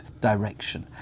direction